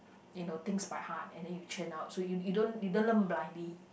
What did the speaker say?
you know things by heart and then you churn out so you you don't you don't learn blindly